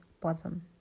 bosom